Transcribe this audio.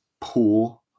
poor